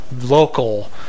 local